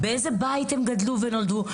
באיזה בית הם גדלו ונולדו,